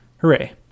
Hooray